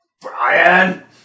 Brian